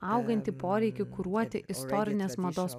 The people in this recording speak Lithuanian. augantį poreikį kuruoti istorinės mados